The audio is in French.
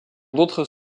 d’autres